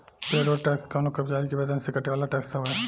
payroll tax कवनो कर्मचारी के वेतन से कटे वाला टैक्स हवे